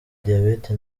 diyabete